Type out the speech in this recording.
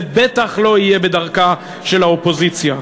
זה בטח לא יהיה בדרכה של האופוזיציה,